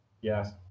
Yes